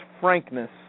frankness